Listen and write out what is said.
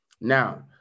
Now